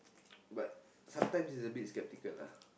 but sometimes it's a bit skeptical lah